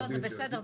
זה בסדר.